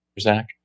Zach